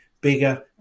bigger